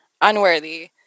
unworthy